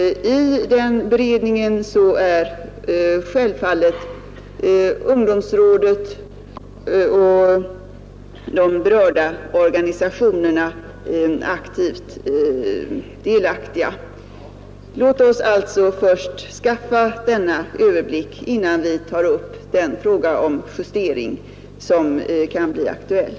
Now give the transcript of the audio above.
I denna beredning deltar självfallet statens ungdomsråd och de berörda ungdomsorganisationerna. Låt oss alltså först skaffa denna överblick innan vi tar upp den fråga om justering i bidragsgivningen som kan bli aktuell.